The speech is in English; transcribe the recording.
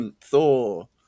thor